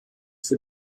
für